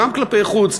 גם כלפי חוץ,